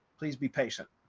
please be patient.